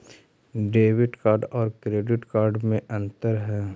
Debit card और credit card में अन्तर है?